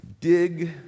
Dig